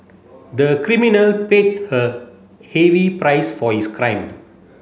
the criminal paid a heavy price for his crime